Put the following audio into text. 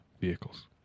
vehicles